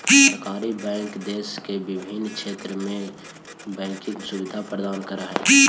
सहकारी बैंक देश के विभिन्न क्षेत्र में बैंकिंग सुविधा प्रदान करऽ हइ